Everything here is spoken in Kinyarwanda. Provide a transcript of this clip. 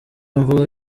mvuga